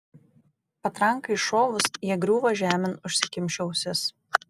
patrankai iššovus jie griūva žemėn užsikimšę ausis